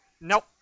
Nope